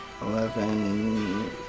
eleven